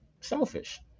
selfish